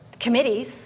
committees